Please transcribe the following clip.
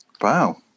Wow